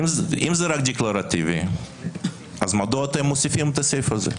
אם זה רק דקלרטיבי אז מדוע אתם מוסיפים את הסעיף הזה?